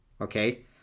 Okay